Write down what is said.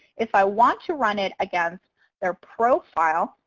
if i want to run it against their profile,